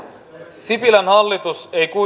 sipilän hallitus ei